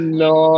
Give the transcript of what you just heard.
no